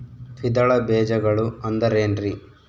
ದ್ವಿದಳ ಬೇಜಗಳು ಅಂದರೇನ್ರಿ?